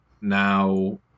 Now